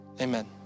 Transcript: Amen